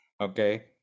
okay